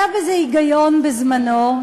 היה בזה היגיון בזמנו,